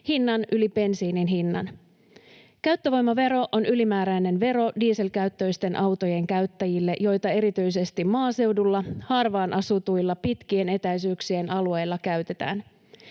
hinnan yli bensiinin hinnan. Käyttövoimavero on ylimääräinen vero dieselkäyttöisten autojen käyttäjille, ja erityisesti maaseudulla, harvaan asutuilla pitkien etäisyyksien alueilla niitä käytetään.